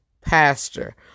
pastor